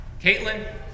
Caitlin